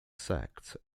sect